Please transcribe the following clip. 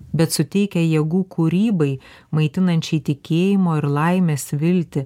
bet suteikia jėgų kūrybai maitinančiai tikėjimo ir laimės viltį